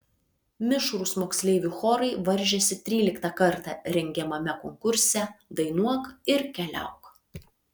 mišrūs moksleivių chorai varžėsi tryliktą kartą rengiamame konkurse dainuok ir keliauk